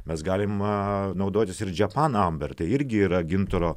mes galim naudotis ir džepan amber irgi yra gintaro